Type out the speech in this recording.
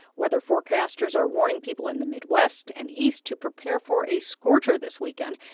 weather forecasters are warning people in the midwest and east to prepare for a scorcher this weekend.